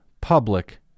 public